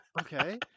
okay